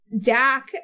Dak